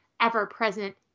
ever-present